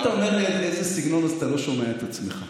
אם אתה אומר לי "איזה סגנון" אז אתה לא שומע את עצמך.